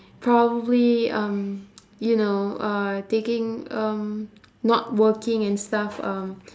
probably um you know uh taking um not working and stuff um